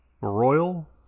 Royal